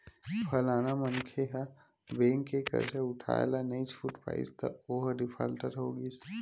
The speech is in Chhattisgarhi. फलाना मनखे ह बेंक के करजा उठाय ल नइ छूट पाइस त ओहा डिफाल्टर हो गिस